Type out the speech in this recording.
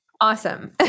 awesome